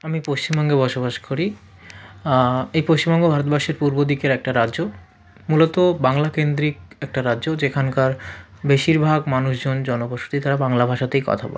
আমি পশ্চিমবঙ্গে বসবাস করি এই পশ্চিমবঙ্গ ভারতবর্ষের পূর্বদিকের একটা রাজ্য মূলত বাংলাকেন্দ্রিক একটা রাজ্য যেখানকার বেশিরভাগ মানুষজন জনবসতি তারা বাংলা ভাষাতেই কথা বলে